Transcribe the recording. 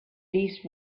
least